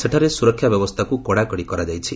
ସେଠାରେ ସୁରକ୍ଷା ବ୍ୟବସ୍ଥାକୁ କଡ଼ାକଡ଼ି କରାଯାଇଛି